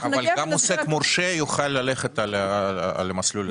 אבל גם עוסק מורשה יוכל ללכת על המסלול הזה?